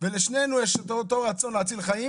ולשנינו יש את אותו רצון להציל חיים